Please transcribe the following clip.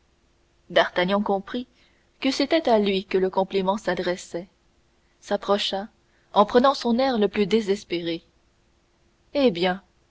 qui comprit que c'était à lui que le compliment s'adressait s'approcha en prenant son air le plus désespéré eh bien